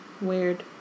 Weird